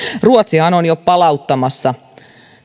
ruotsihan on jo palauttamassa